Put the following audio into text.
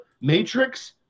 Matrix